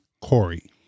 Corey